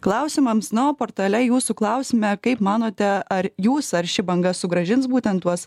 klausimams na o portale jūsų klausime kaip manote ar jūs ar ši banga sugrąžins būtent tuos